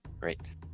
great